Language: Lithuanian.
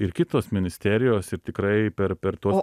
ir kitos ministerijos ir tikrai per per tuos